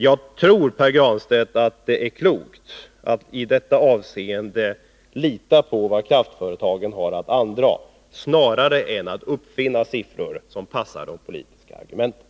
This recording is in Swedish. Jag tror, Pär Granstedt, att det är klokt att i detta avseende lita på vad kraftföretagen har att andraga snarare än att uppfinna siffror som passar de politiska argumenten.